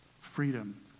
freedom